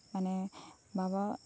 ᱢᱟᱱᱮ ᱵᱟᱵᱟᱣᱟᱜ